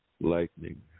Lightning